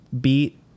beat